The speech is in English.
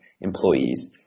employees